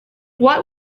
what